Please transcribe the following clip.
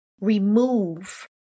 Remove